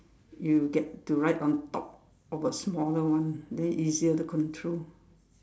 you get to ride on top of a smaller one then easier to control